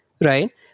right